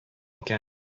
икән